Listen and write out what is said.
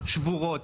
שבורות,